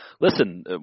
Listen